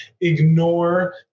ignore